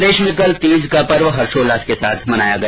प्रदेश में कल तीज का पर्व हर्षोल्लास से मनाया गया